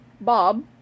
Bob